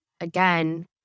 again